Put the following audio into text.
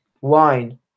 wine